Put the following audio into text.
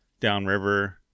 downriver